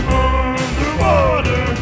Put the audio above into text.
underwater